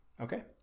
Okay